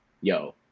yo